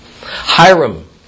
Hiram